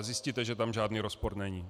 A zjistíte, že tam žádný rozpor není.